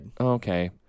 Okay